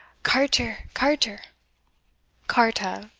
carter, carter carta,